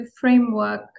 framework